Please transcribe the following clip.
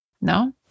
No